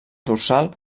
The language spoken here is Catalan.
dorsal